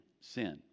sin